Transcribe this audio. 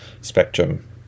spectrum